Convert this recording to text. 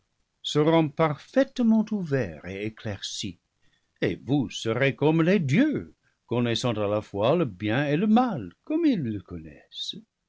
seront parfaitement ouverts et éclaircis et vous serez comme les dieux connaissant à la fois le bien et le mal comme ils le connaissent